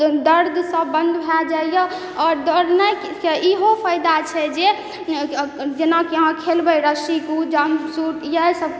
दर्द सब बन्द भए जाइ यऽ आओर दौड़नाइके इएहो फायदा छै जे जेना कि अहाँ खेलबय रस्सी कूद जम्प सूट इएह सब